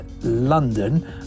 London